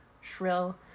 shrill